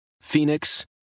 Phoenix